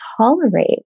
tolerate